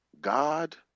God